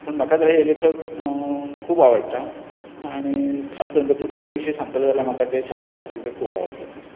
पूण म्हाका जाल्यार हे लेखक खूब आवडटा आनी खास करून ते पुस्तकां विशीं सांगतलो जाल्यार म्हाका तें छावा पुस्तक खूब आवडलेलें आसा